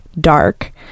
dark